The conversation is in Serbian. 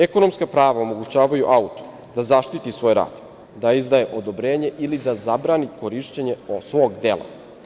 Ekonomska prava omogućavaju autoru da zaštiti svoj rad, da izdaje odobrenje ili da zabrani korišćenje svog dela.